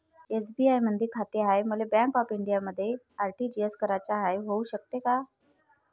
SBI मधी खाते हाय, मले बँक ऑफ इंडियामध्ये आर.टी.जी.एस कराच हाय, होऊ शकते का?